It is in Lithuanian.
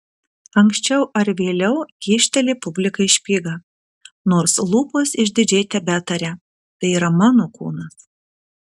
anksčiau ar vėliau kyšteli publikai špygą nors lūpos išdidžiai tebetaria tai yra mano kūnas